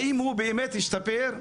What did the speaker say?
האם הוא באמת השתפר?